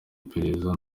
iperereza